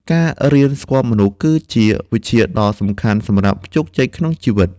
ការរៀនស្គាល់មនុស្ស គឺជាវិជ្ជាដ៏សំខាន់សម្រាប់ជោគជ័យក្នុងជីវិត។